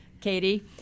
Katie